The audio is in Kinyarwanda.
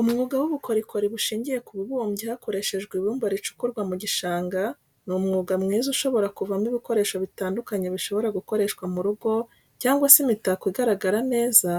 Umwuga w'ubukorikori bushingiye ku bubumbyi hakoreshejwe ibumba ricukurwa mu gishanga, ni umwuga mwiza ushobora kuvamo ibikoresho bitandukanye bishobora gukoreshwa mu rugo cyangwa se imitako igaragara neza,